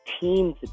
team's